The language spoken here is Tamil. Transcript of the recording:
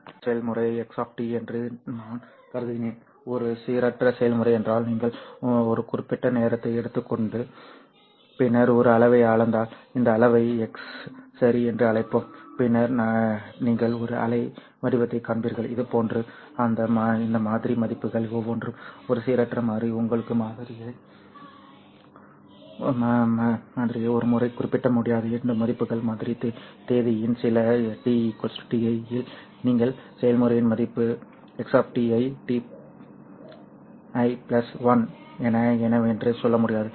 சீரற்ற செயல்முறை x என்று நான் கருதினேன் ஒரு சீரற்ற செயல்முறை என்றால் நீங்கள் ஒரு குறிப்பிட்ட நேரத்தை எடுத்துக் கொண்டு பின்னர் ஒரு அளவை அளந்தால் இந்த அளவை x சரி என்று அழைப்போம் பின்னர் நீங்கள் ஒரு அலை வடிவத்தைக் காண்பீர்கள் இதுபோன்று இந்த மாதிரி மதிப்புகள் ஒவ்வொன்றும் ஒரு சீரற்ற மாறி உங்கள் மாதிரியை ஒரு முறை குறிப்பிட முடியாது இந்த மதிப்புகள் மாதிரி தேதியின் சில t ti இல் நீங்கள் இந்த செயல்முறையின் மதிப்பு x ஐ tI 1 என என்னவென்று சொல்ல முடியாது